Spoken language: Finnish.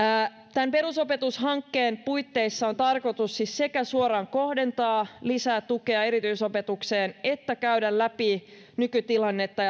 tämän perusopetushankkeen puitteissa on tarkoitus siis sekä suoraan kohdentaa lisää tukea erityisopetukseen että käydä läpi nykytilannetta